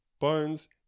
Bones